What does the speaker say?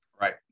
Right